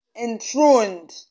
enthroned